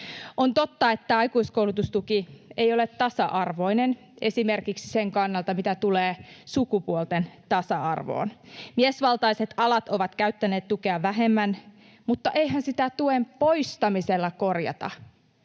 On totta, että aikuiskoulutustuki ei ole tasa-arvoinen esimerkiksi sen kannalta, mitä tulee sukupuolten tasa-arvoon. Miesvaltaiset alat ovat käyttäneet tukea vähemmän, mutta eihän sitä tuen poistamisella korjata